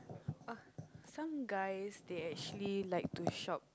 oh some guys they actually like to shop